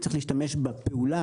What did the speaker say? צריך להשתמש בפעולה